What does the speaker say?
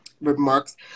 remarks